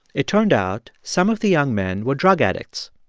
it turned out some of the young men were drug addicts.